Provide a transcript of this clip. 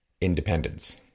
independence